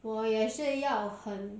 我也是要很